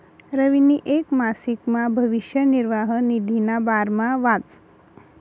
रवीनी येक मासिकमा भविष्य निर्वाह निधीना बारामा वाचं